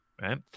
right